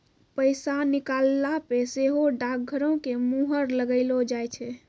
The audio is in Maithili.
पैसा निकालला पे सेहो डाकघरो के मुहर लगैलो जाय छै